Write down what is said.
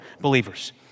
believers